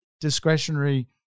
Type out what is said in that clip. discretionary